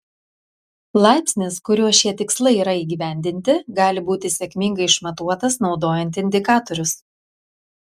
laipsnis kuriuo šie tikslai yra įgyvendinti gali būti sėkmingai išmatuotas naudojant indikatorius